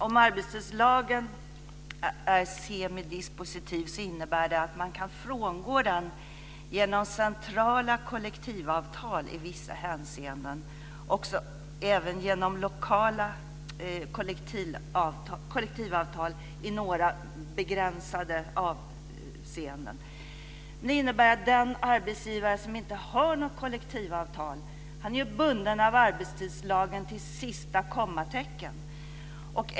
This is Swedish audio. Om arbetstidslagen är semidispositiv innebär det att man kan frångå den genom centrala kollektivavtal i vissa hänseenden och även i några begränsade avseenden genom lokala kollektivavtal. Det innebär att den arbetsgivare som inte har något kollektivavtal är bunden av arbetstidslagen till sista kommatecknet.